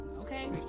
okay